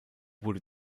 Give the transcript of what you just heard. wurde